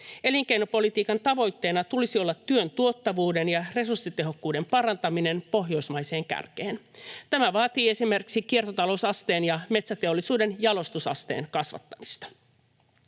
Elinkeinopolitiikan tavoitteena tulisi olla työn tuottavuuden ja resurssitehokkuuden parantaminen pohjoismaiseen kärkeen. Tämä vaatii esimerkiksi kiertotalousasteen ja metsäteollisuuden jalostusasteen kasvattamista.